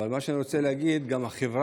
אבל מה שאני רוצה להגיד הוא שגם החברה